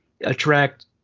attract